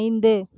ஐந்து